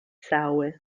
cały